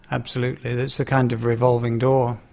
absolutely, it's a kind of revolving door.